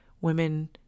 women